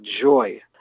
joy